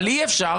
אבל אי אפשר